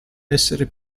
essere